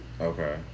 Okay